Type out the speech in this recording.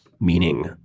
meaning